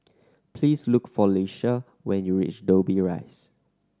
please look for Lisha when you reach Dobbie Rise